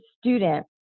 student